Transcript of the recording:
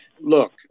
Look